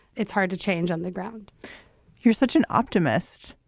it's hard to change on the ground you're such an optimist,